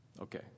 okay